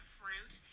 fruit